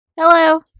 Hello